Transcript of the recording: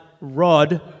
rod